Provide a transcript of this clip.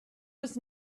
was